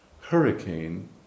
hurricane